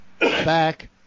back